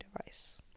device